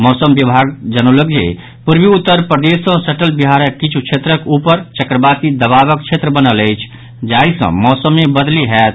मौसम विभाग जनौलक जे पूर्वी उत्तर प्रदेश सॅ सटल बिहारक किछु क्षेत्रक ऊपर चक्रवाती दबावक क्षेत्र बनल अछि जाहि सॅ मौसम मे बदलि होयत